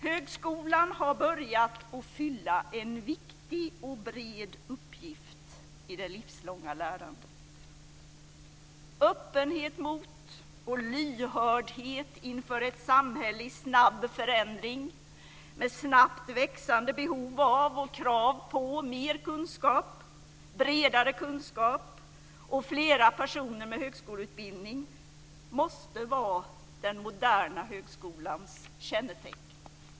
Högskolan har börjat fylla en viktig och bred uppgift i det livslånga lärandet. Öppenhet mot och lyhördhet inför ett samhälle i snabb förändring, med snabbt växande behov av och krav på mer kunskap, bredare kunskap och fler personer med högskoleutbildning måste vara den moderna högskolans kännetecken.